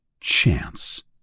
chance